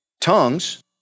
Tongues